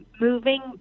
moving